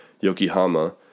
Yokohama